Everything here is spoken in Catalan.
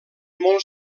molt